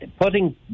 putting